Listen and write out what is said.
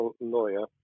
lawyer